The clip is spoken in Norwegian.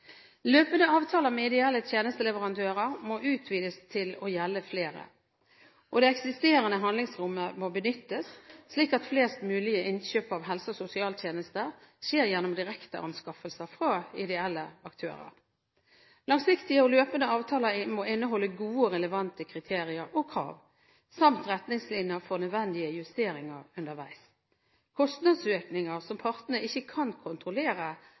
Løpende avtaler med ideelle tjenesteleverandører må utvides til å gjelde flere, og det eksisterende handlingsrommet må benyttes, slik at flest mulig innkjøp av helse- og sosialtjenester skjer gjennom direkteanskaffelser fra ideelle aktører. Langsiktige og løpende avtaler må inneholde gode og relevante kriterier og krav samt retningslinjer for nødvendige justeringer underveis. Kostnadsøkninger som partene ikke kan kontrollere